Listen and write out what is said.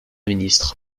ministre